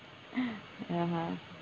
ya uh